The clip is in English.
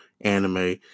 anime